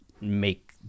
make